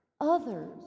Others